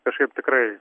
kažkaip tikrai